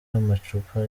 amacupa